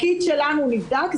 הקיט שלנו נבדק,